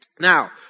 Now